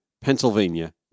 Pennsylvania